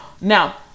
Now